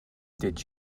did